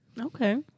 Okay